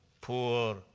poor